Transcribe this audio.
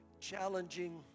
challenging